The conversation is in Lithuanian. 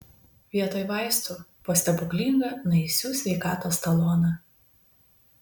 vietoj vaistų po stebuklingą naisių sveikatos taloną